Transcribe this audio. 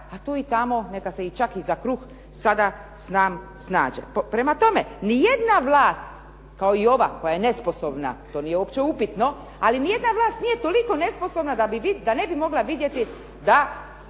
a tu i tamo nekad se čak i za kruh sada sam snađe. Prema tome, nijedna vlast kao i ova koja je nesposobna, to nije uopće upitno, ali nijedna vlast nije toliko nesposobna da ne bi mogla vidjeti da